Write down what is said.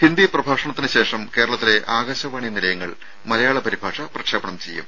ഹിന്ദി പ്രഭാഷണത്തിന് ശേഷം കേരളത്തിലെ ആകാശവാണി നിലയങ്ങൾ മലയാള പരിഭാഷ പ്രക്ഷേപണം ചെയ്യും